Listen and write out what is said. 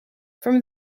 from